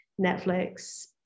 Netflix